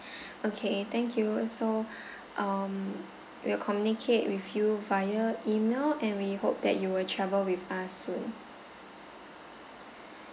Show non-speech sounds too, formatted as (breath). (breath) okay thank you so um we'll communicate with you via email and we hope that you will travel with us soon